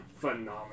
phenomenal